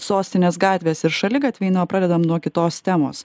sostinės gatvės ir šaligatviai na o pradedam nuo kitos temos